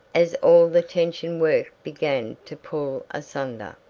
as all the tension work began to pull asunder.